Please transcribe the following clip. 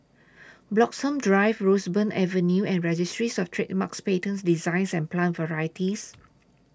Bloxhome Drive Roseburn Avenue and Registries of Trademarks Patents Designs and Plant Varieties